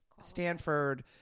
stanford